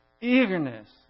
eagerness